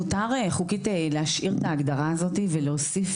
מותר חוקית להשאיר את ההגדרה הזאת ולהוסיף